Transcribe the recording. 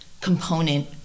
component